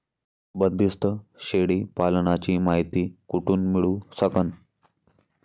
बंदीस्त शेळी पालनाची मायती कुठून मिळू सकन?